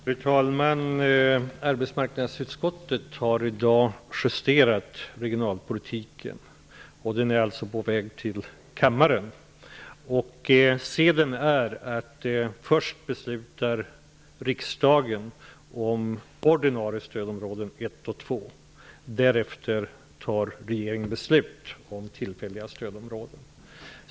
Fru talman! Arbetsmarknadsutskottet har i dag justerat ett betänkande om regionalpolitiken. Betänkandet är på väg till kammaren. Seden är den att riksdagen först beslutar om ordinarie stödområden ett och två, därefter fattar regeringen beslut om tillfälliga stödområden.